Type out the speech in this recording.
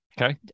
Okay